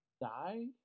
die